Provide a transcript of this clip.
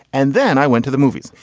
and then i went to the movies.